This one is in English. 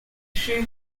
shoe